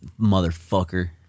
motherfucker